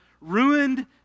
ruined